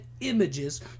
images